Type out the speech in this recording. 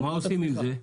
מה עושים עם זה?